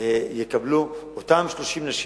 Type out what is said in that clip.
יקבלו אותן 30 נשים.